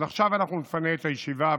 אז עכשיו אנחנו נפנה את הישיבה.